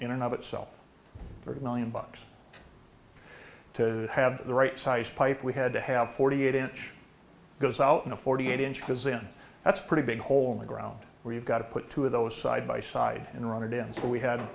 of itself thirty million bucks to have the right size pipe we had to have forty eight inch because out in a forty eight inches in that's pretty big hole in the ground where you've got to put two of those side by side and run it in so we had